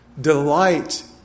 delight